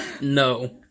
No